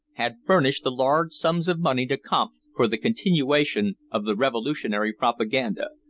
had furnished the large sums of money to kampf for the continuation of the revolutionary propaganda,